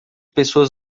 pessoas